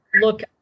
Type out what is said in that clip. look